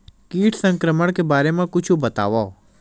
कीट संक्रमण के बारे म कुछु बतावव?